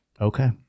Okay